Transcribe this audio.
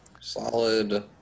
Solid